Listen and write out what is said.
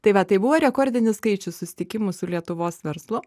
tai va tai buvo rekordinis skaičius susitikimų su lietuvos verslu